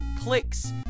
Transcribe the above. clicks